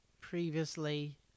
previously